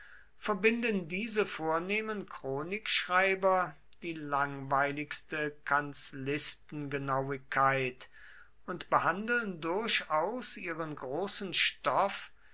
verbinden diese vornehmen chronikschreiber die langweiligste kanzlistengenauigkeit und behandeln durchaus ihren großen stoff